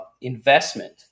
investment